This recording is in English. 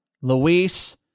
Luis